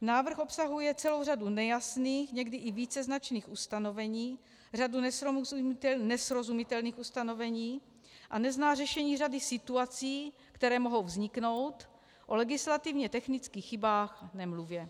Návrh obsahuje celou řadu nejasných, někdy i víceznačných ustanovení, řadu nesrozumitelných ustanovení a nezná řešení řady situací, které mohou vzniknout, o legislativně technických chybách nemluvě.